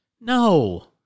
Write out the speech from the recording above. No